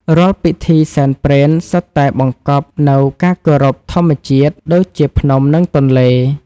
រាល់ពិធីសែនព្រេន សុទ្ធតែបង្កប់នូវការគោរពធម្មជាតិ ដូចជាភ្នំ និងទន្លេ។